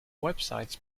websites